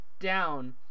down